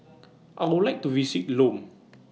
I Would like to visit Lome